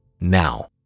Now